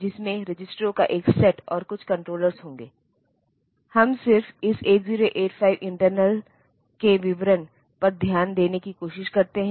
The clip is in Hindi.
तो 28 विभिन्न संयोजनों की संख्या जो यह समझ सकते हैं